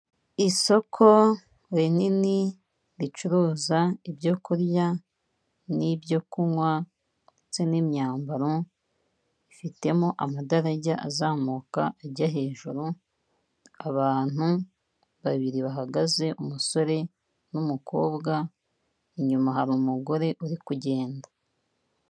Isoko rinini ricuruza ibyo kurya n'ibyo kunywa ndetse n'imyambaro, ifitemo amadarage azamuka ajya hejuru, abantu babiri bahagaze, umusore n'umukobwa, inyuma hari umugore uri kugenda.